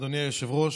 אדוני היושב-ראש: